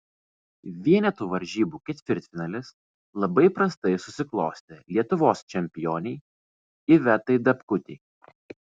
vienetų varžybų ketvirtfinalis labai prastai susiklostė lietuvos čempionei ivetai dapkutei